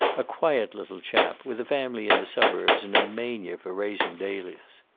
a quiet little chap, with a family in the suburbs and a mania for raising dahlias.